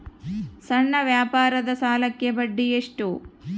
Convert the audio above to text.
ಸಣ್ಣ ವ್ಯಾಪಾರದ ಸಾಲಕ್ಕೆ ಬಡ್ಡಿ ಎಷ್ಟು?